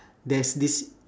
there's this